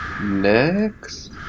Next